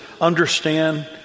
understand